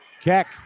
Keck